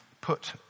put